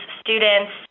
students